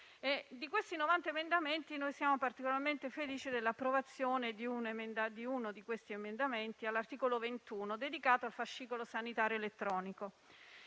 Di questi 90 emendamenti, noi siamo particolarmente felici dell'approvazione di uno all'articolo 21, dedicato al fascicolo sanitario elettronico.